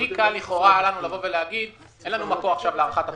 הכי קל לכאורה יכולנו לבוא ולהגיד שאין לנו עכשיו מקור להארכת התוספת.